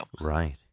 right